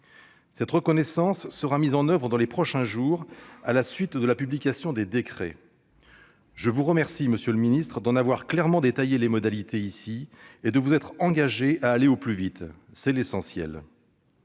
Cette reconnaissance sera mise en oeuvre dans les prochains jours, à la suite de la publication des décrets. Monsieur le secrétaire d'État, je vous remercie d'en avoir clairement détaillé les modalités et de vous être engagé à agir au plus vite : c'est l'essentiel.